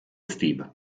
steve